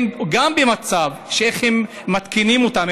גם איך שמתקינים אותם,